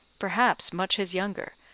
perhaps much his younger,